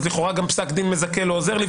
אז לכאורה גם פסק דין מזכה לא עוזר לי,